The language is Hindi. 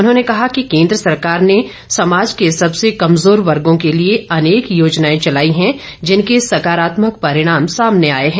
उन्होंने कहा कि केन्द्र सरकार ने समाज के सबसे कमजोर वर्गो के लिए अनेक योजनाए चलाई हैं जिनके सकारात्मक परिणाम सामने आए हैं